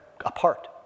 apart